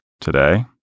today